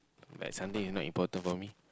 like something is not important for me